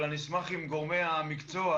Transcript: אבל אני אשמח אם גורמי המקצוע,